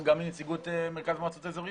ו-(ד),